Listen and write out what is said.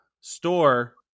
store